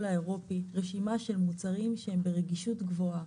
האירופי רשימה של מוצרים שהם ברגישות גבוהה,